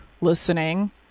listening